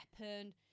weapon